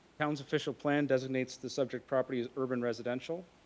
town's official plan designates the subject property as urban residential.